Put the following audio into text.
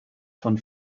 von